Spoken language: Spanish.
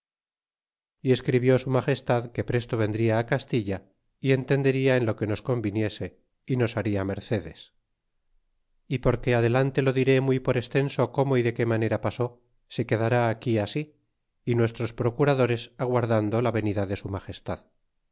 y escribió su magestad que presto vendria castilla y entendería en lo que nos conviniese é nos baria mercedes porque adelante lo diré muy por extenso cómo y de qué manera pasó se quedará aquí así y nuestros procuradores aguardando la venida de su magestad